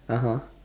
(uh huh)